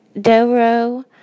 Doro